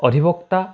অধিবক্তা